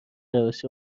روش